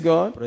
God